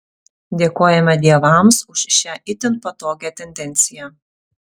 dėkojame dievams už šią itin patogią tendenciją